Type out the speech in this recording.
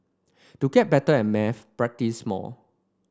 to get better at maths practise more